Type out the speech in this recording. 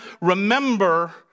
Remember